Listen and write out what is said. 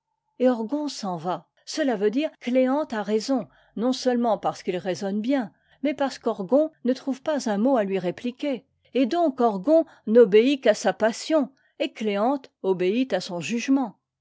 orgon s'en va cela veut dire cléante a raison non seulement parce qu'il raisonne bien mais parce qu'orgon ne trouve pas un mot à lui répliquer et donc orgon n'obéit qu'à sa passion et cléante obéit à son jugement